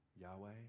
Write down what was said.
Yahweh